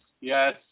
Yes